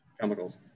chemicals